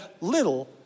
little